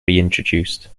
reintroduced